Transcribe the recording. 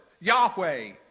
Yahweh